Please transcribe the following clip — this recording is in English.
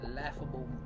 laughable